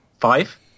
Five